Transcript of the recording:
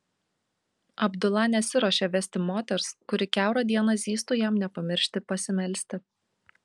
abdula nesiruošė vesti moters kuri kiaurą dieną zyztų jam nepamiršti pasimelsti